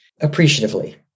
appreciatively